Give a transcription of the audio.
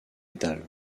métal